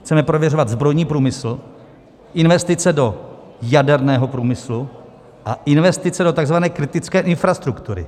Chceme prověřovat zbrojní průmysl, investice do jaderného průmyslu a investice do takzvané kritické infrastruktury.